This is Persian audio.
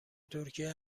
ترکیه